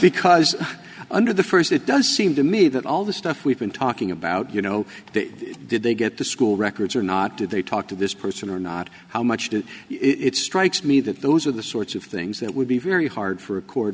because under the first it does seem to me that all the stuff we've been talking about you know did they get the school records or not did they talk to this person or not how much did it strikes me that those are the sorts of things that would be very hard for a court